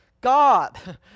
God